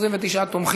29 בעד.